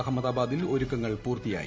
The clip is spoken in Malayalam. അഹമ്മദാബാദിൽ ഒരുക്കങ്ങൾ പൂർത്തിയായി